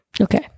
Okay